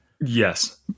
Yes